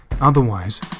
Otherwise